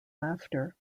laughter